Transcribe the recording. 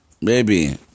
Baby